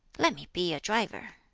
let me be a driver!